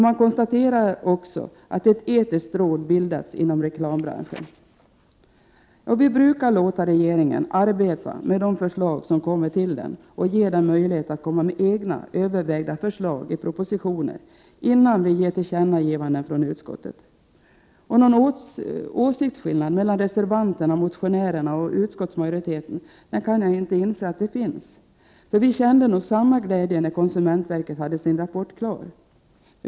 Man konstaterar också att ett etiskt råd bildats inom reklambranschen. Vi brukar låta regeringen arbeta med de förslag som framförts till den och ge den möjlighet att komma med egna övervägda förslag i propositioner innan utskottet föreslår riksdagen att göra tillkännagivanden. Jag kan inte inse att det finns någon åsiktsskillnad mellan reservanterna, motionärerna och utskottsmajoriteten. Vi kände nog samma glädje när konsumentverket hade sin rapport klar.